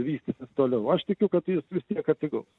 vystytis toliau aš tikiu kad jis vis tiek atsigaus